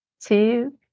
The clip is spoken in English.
two